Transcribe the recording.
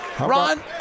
Ron